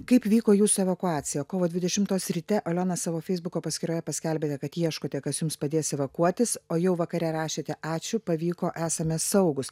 kaip vyko jūs evakuacija kovo dvidešimtos ryte aliona savo feisbuko paskyroje paskelbėte kad ieškote kas jums padės evakuotis o jau vakare rašėte ačiū pavyko esame saugūs